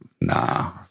nah